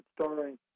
starring